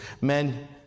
Men